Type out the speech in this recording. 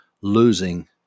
losing